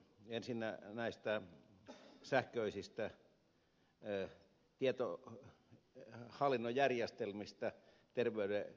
ensinnä näistä sähköisistä tietohallinnon järjestelmistä terveydenhuollossa